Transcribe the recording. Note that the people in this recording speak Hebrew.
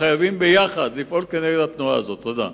חייבים לפעול נגד התנועה הזאת יחד.